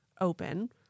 open